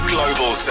Global